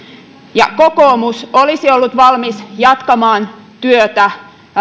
kokoomus olisi ollut valmis jatkamaan työtä